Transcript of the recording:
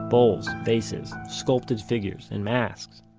bowls, vases, sculpted figures and masks